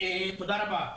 תודה רבה.